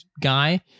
guy